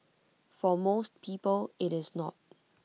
for most people IT is not